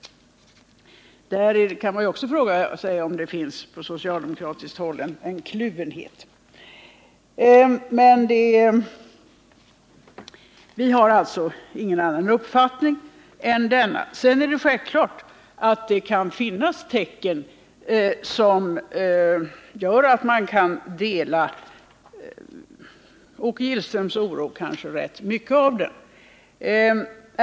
Man kan fråga sig om det på socialdemokratiskt håll finns en kluvenhet. Det är självklart att det kan finnas tecken som gör att man kan dela rätt mycket av Åke Gillströms oro.